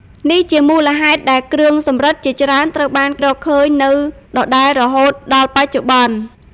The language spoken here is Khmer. នេះជាមូលហេតុដែលគ្រឿងសំរឹទ្ធិជាច្រើនត្រូវបានរកឃើញនៅដដែលរហូតដល់បច្ចុប្បន្ន។